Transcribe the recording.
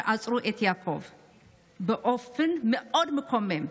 שעצרו את יעקב באופן מאוד מקומם.